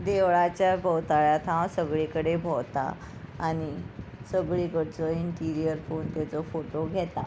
देवळाच्या भोंवताळा हांव सगळे कडेन भोंवता आनी सगळे कडचो इंटिरियर पळोवन तेजो फोटो घेता